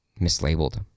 mislabeled